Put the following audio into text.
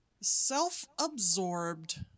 self-absorbed